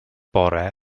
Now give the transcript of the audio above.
bore